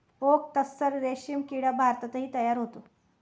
okay तस्सर रेशीम किडा भारतातही तयार होतो